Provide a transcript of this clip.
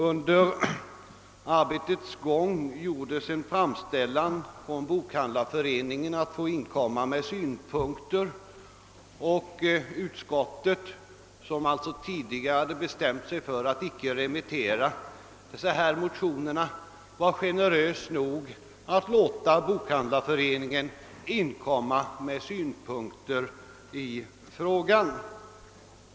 Under arbetets gång gjordes en framställning av Svenska bokhandlareföreningen att få inkomma med synpunkter, och utskottet som alltså tidigare bestämt sig för att icke remittera dessa motioner var generöst nog att låta Bokhandlareföreningen inkomma med synpunkter i frågan.